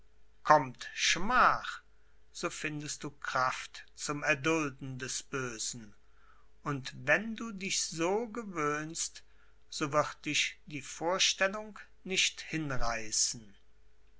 kommt schmach so findest du kraft zum erdulden des bösen und wenn du dich so gewöhnst so wird dich die vorstellung nicht hinreißen